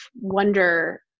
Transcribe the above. wonder